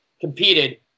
competed